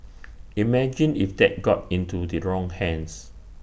imagine if that got into the wrong hands